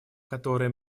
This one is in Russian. которые